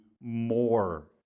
more